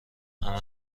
همه